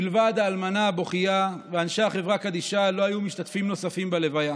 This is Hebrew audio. מלבד האלמנה הבוכייה ואנשי החברה קדישא לא היו משתתפים נוספים בלוויה.